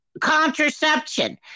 contraception